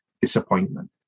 disappointment